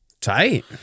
Tight